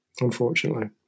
unfortunately